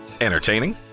Entertaining